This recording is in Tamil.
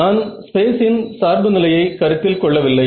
நான் ஸ்பேஸின் சார்பு நிலையை கருத்தில் கொள்ள வில்லை